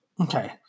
Okay